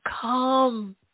Come